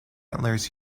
antlers